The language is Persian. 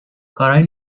کارای